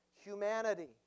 humanity